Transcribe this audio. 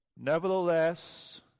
Nevertheless